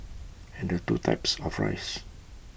add the two types of rice